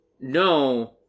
No